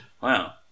Wow